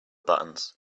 buttons